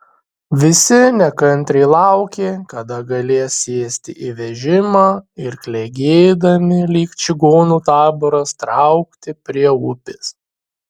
visi nekantriai laukė kada galės sėsti į vežimą ir klegėdami lyg čigonų taboras traukti prie upės